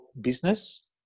business